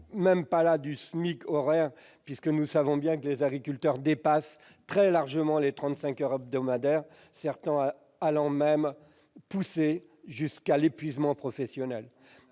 même pas du SMIC horaire, puisque, nous le savons, les agriculteurs dépassent très largement les 35 heures hebdomadaires, certains étant même poussés jusqu'à l'épuisement professionnel.